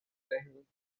دهیم